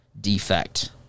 defect